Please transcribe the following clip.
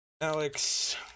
Alex